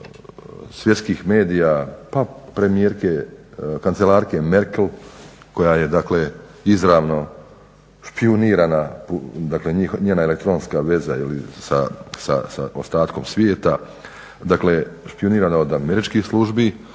svjetskih medija pa kancelarke Merkel koja je dakle izravno špijunirana, dakle njena elektronska veza sa ostatkom svijeta, dakle špijunirana od američkih službi,